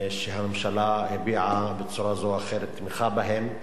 שהממשלה הביעה בצורה זו או אחרת תמיכה בהם,